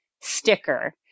sticker